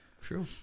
True